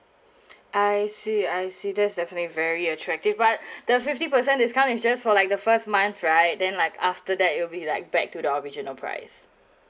I see I see that is definitely very attractive but the fifty percent discount is just for like the first month right then like after that it'll be like back to the original price